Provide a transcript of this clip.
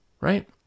right